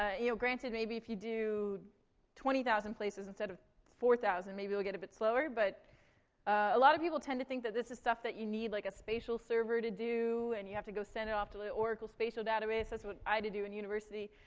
ah granted, maybe if you do twenty thousand places instead of four thousand, maybe you'll get a bit slower. but a lot of people tend to think that this is stuff that you need, like, a spatial server to do and you have to go send it off to the oracle spatial database that's what i had to do in university.